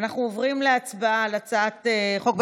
אנחנו עוברים להצבעה על הצעת החוק,